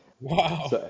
Wow